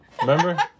Remember